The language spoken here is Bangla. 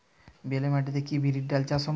বেলে মাটিতে কি বিরির ডাল চাষ সম্ভব?